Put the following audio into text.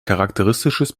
charakteristisches